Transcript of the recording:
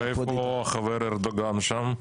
ואיפה החבר ארדואן, גם שם?